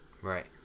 Right